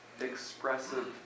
expressive